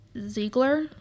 Ziegler